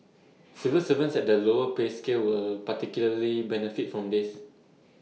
civil servants at the lower pay scale will particularly benefit from this